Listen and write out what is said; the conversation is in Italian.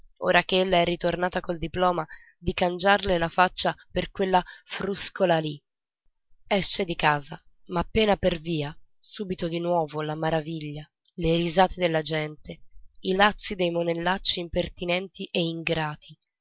ora ch'ella è ritornata col diploma di cangiarle la faccia per quella fruscola lì esce di casa ma appena per via subito di nuovo la maraviglia le risa della gente i lazzi dei monellacci impertinenti e ingrati